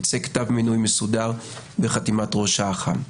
יצא כתב מינוי מסודר בחתימת ראש אח"מ.